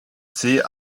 sie